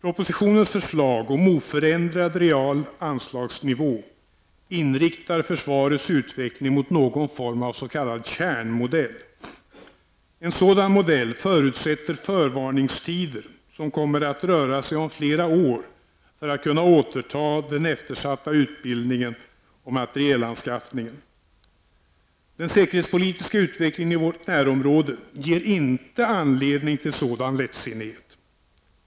Propositionens förslag om oförändrad real anslagsnivå inriktar försvarets utveckling mot någon form av s.k. kärnmodell. En sådan modell förutsätter förvarningstider, som kommer att röra sig om flera år, för att kunna återta den eftersatta utbildningen och materielanskaffningen. Den säkerhetspolitiska utvecklingen i vårt närområde ger inte anledning till sådan lättsinnighet.